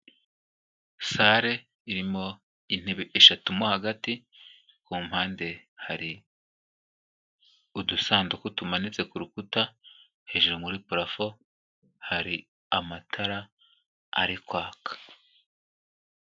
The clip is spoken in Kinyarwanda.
Sale irimo intebe eshatu mo hagati, ku mpande hari udusanduku tumanitse ku rukuta, hejuru muri parafo hari amatara, ari kwaka.